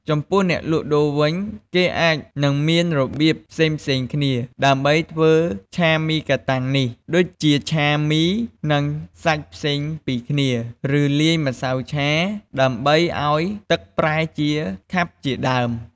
ចំពោះអ្នកលក់ដូរវិញ គេអាចនឹងមានរបៀបផ្សេងៗគ្នា ដើម្បីធ្វើឆាមីកាតាំងនេះ ដូចជាឆាមី និងសាច់ផ្សេងពីគ្នា ឬលាយម្សៅឆាដើម្បីឱ្យទឹកប្រែជាខាប់ជាដើម។